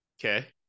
Okay